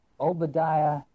Obadiah